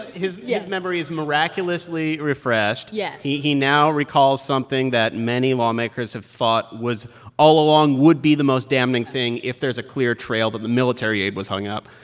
his memory is miraculously refreshed yes he he now recalls something that many lawmakers have thought was all along would be the most damning thing if there's a clear trail that the military aid was hung up.